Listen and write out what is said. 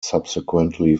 subsequently